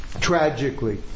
Tragically